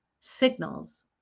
signals